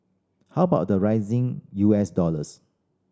how about the rising U S dollars